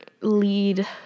lead